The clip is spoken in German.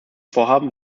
vorhaben